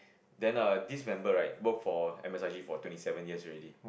then err this member right worked for M_S_I_G for twenty seven years already